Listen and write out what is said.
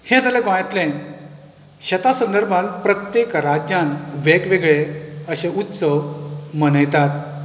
हें जालें गोंयातलें शेता संदर्भांत प्रत्येक राज्यांत वेगवेगळे अशे उत्सव मनयतात